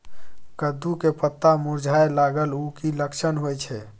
कद्दू के पत्ता मुरझाय लागल उ कि लक्षण होय छै?